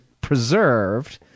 preserved